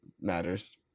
matters